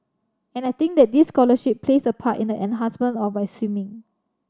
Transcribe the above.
and I think that this scholarship plays a part in the enhancement of my swimming